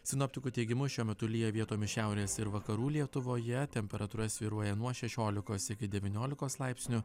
sinoptikų teigimu šiuo metu lyja vietomis šiaurės ir vakarų lietuvoje temperatūra svyruoja nuo šešiolikos iki devyniolikos laipsnių